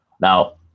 now